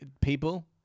People